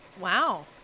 Wow